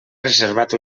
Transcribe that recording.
reservat